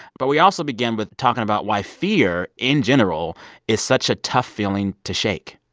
but we also began with talking about why fear in general is such a tough feeling to shake